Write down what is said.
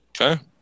Okay